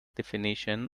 definition